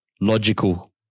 logical